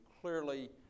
clearly